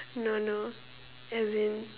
no no as in